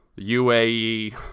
UAE